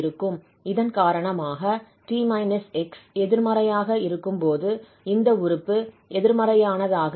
இதன் காரணமாக 𝑡 − 𝑥 எதிர்மறையாக இருக்கும்போது இந்த உறுப்பு எதிர்மறையானதாக இருக்கும்